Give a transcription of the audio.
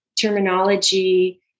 terminology